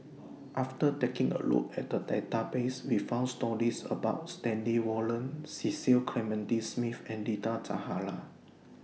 after taking A Look At The Database We found stories about Stanley Warren Cecil Clementi Smith and Rita Zahara